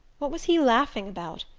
what was he laughing about?